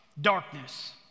darkness